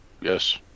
Yes